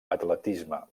atletisme